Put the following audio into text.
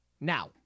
Now